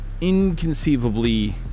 inconceivably